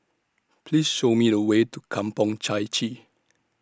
Please Show Me The Way to Kampong Chai Chee